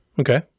Okay